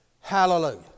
Hallelujah